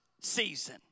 season